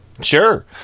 Sure